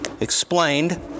explained